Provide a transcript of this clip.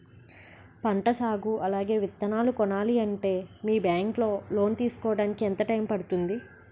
పంట సాగు అలాగే విత్తనాలు కొనాలి అంటే మీ బ్యాంక్ లో లోన్ తీసుకోడానికి ఎంత టైం పడుతుంది?